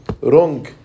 wrong